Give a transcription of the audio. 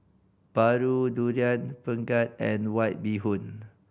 paru Durian Pengat and White Bee Hoon